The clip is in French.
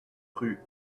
rue